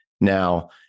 now